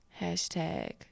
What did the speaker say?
Hashtag